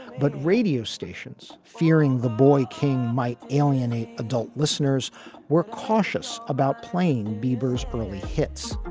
but radio stations fearing the boy king might alienate adult listeners were cautious about playing bieber's early hits.